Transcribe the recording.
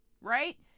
right